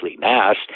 Mass